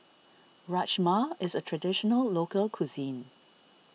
Rajma is a Traditional Local Cuisine